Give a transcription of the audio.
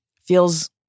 feels